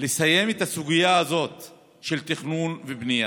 לסיים את הסוגיה הזאת של תכנון ובנייה.